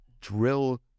drill